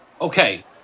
Okay